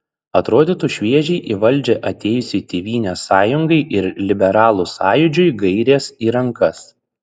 atrodytų šviežiai į valdžią atėjusiai tėvynės sąjungai ir liberalų sąjūdžiui gairės į rankas